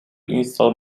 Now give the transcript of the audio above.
install